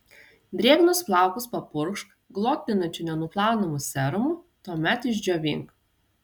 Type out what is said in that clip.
drėgnus plaukus papurkšk glotninančiu nenuplaunamu serumu tuomet išdžiovink